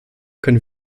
können